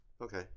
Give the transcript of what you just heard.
Okay